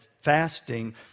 fasting